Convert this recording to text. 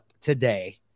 today